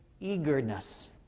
eagerness